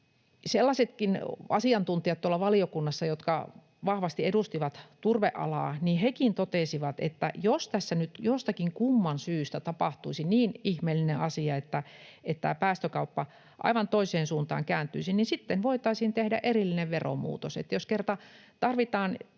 Sellaisetkin asiantuntijat tuolla valiokunnassa, jotka vahvasti edustivat turvealaa, totesivat, että jos tässä nyt jostakin kumman syystä tapahtuisi niin ihmeellinen asia, että päästökauppa aivan toiseen suuntaan kääntyisi, niin sitten voitaisiin tehdä erillinen veromuutos.